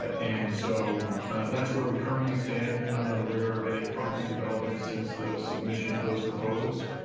ah and so that's where we currently stand. i'm not aware of any concrete development since the submission of those proposals.